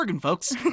folks